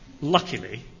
luckily